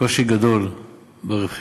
קושי גדול ברווחיות,